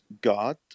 God